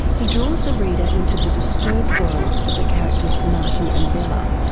he draws the reader into the disturbed worlds of the characters martin and bella,